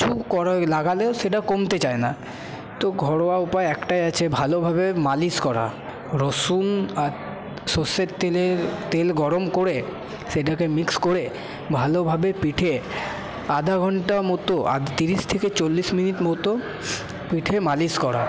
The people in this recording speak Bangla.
কিছু করা লাগালেও সেটা কমতে চায় না তো ঘরোয়া উপায় একটাই আছে ভালোভাবে মালিশ করা রসুন আর সর্ষের তেলে তেল গরম করে সেটাকে মিক্স করে ভালোভাবে পিঠে আধা ঘন্টা মতো তিরিশ থেকে চল্লিশ মিনিট মতো পিঠে মালিশ করা